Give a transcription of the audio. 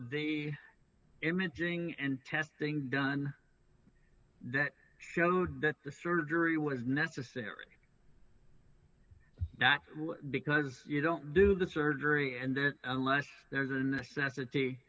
the imaging and testing done that showed that the surgery was necessary because you don't do the surgery and that unless there is a necessity